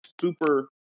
super